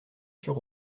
sur